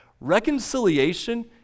Reconciliation